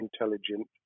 intelligent